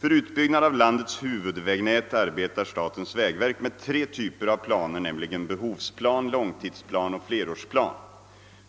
För utbyggnad av landets huvudvägnät arbetar statens vägverk med tre typer av planer: nämligen behovsplan, långtidsplan och flerårsplan.